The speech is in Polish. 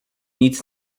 nic